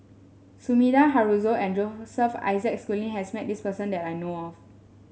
Sumida Haruzo and Joseph Isaac Schooling has met this person that I know of